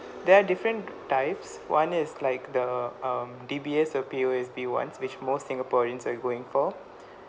there are different types one is like the um D_B_S or P_O_S_B ones which most singaporeans are going for